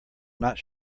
not